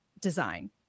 design